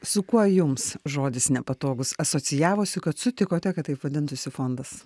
su kuo jums žodis nepatogus asocijavosi kad sutikote kad taip vadintūsi fondas